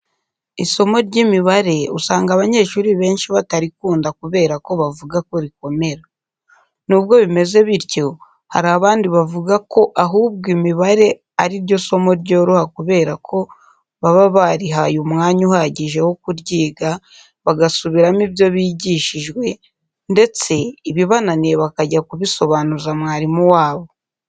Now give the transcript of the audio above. Isomo ry'imibare usanga abanyeshuri benshi batarikunda kubera ko bavuga ko rikomera. Nubwo bimeze bityo, hari abandi bavuga ko ahubwo imibare ari isomo ryoroha kubera ko baba barihaye umwanya uhagije wo kuryiga, bagasubiramo ibyo bigishijwe ndetse ibibananiye bakajya kubisobanuza mwarimu wabo.